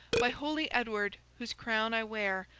by holy edward, whose crown i wear,